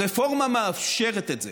הרפורמה מאפשרת את זה,